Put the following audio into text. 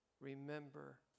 Remember